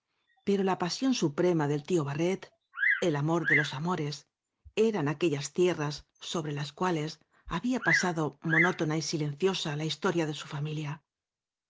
pero la pasión suprema del tío barret el amor de los amores eran aquellas tierras sobre las cuales había pasado monótona y si lenciosa la historia de su familia